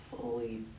fully